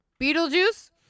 Beetlejuice